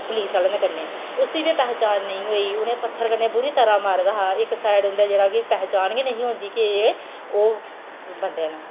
police आहले दे कन्नै उसी बी पहचान नेईं होई उ'नें पत्थर कन्नै बुरी तरह मारे दा हा इक साइड उं'दा जेह्ड़ी पहचान गै नेईं ही होंदी कि एह् ओह् बंदे न